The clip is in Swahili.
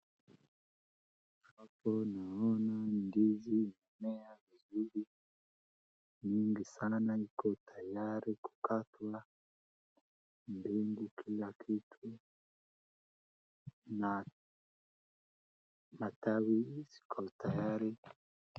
Hapo naona ndizi imemea vizuri mingi sana na iko tayari kukatwa ndengu kila kitu na matawi ziko tayari.